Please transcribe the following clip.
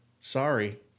Sorry